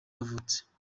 yavutse